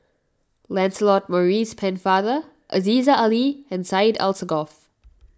Lancelot Maurice Pennefather Aziza Ali and Syed Alsagoff